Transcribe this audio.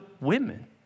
women